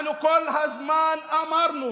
אנחנו כל הזמן אמרנו